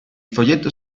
foglietto